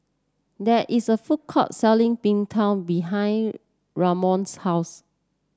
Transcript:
there is a food court selling Png Tao behind Ramon's house